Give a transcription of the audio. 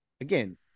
again